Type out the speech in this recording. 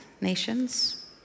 nations